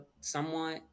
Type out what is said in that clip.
somewhat